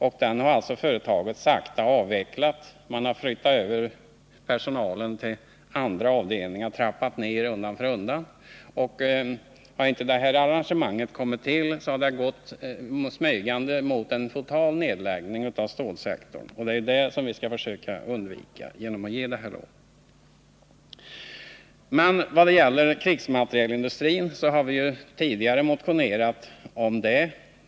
Företaget har sakta avvecklat den sektorn, och personalen har flyttats över till andra avdelningar. Man har trappat ned undan för undan. Hade inte det här arrangemanget kommit till hade man smygande gått mot en total nedläggning av stålsektorn, men det är ju det som vi skall försöka undvika genom att ge det här lånet. Om krigsmaterielindustrin har vi ju motionerat tidigare.